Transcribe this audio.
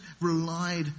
relied